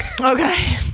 Okay